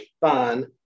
fun